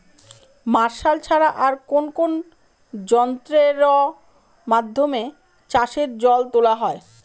Martial ছাড়া আর কোন কোন যন্ত্রেরর মাধ্যমে চাষের জল তোলা হয়?